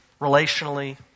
relationally